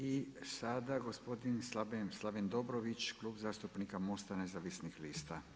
I sada gospodin Slaven Dobrović Klub zastupnika Most-a nezavisnih lista.